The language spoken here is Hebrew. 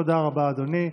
תודה רבה, אדוני.